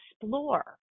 explore